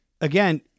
again